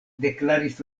deklaris